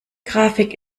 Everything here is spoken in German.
grafik